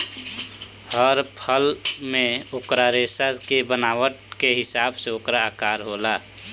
हर फल मे ओकर रेसा के बनावट के हिसाब से ओकर आकर होला